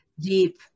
deep